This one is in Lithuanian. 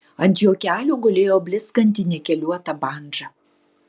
ant jo kelių gulėjo blizganti nikeliuota bandža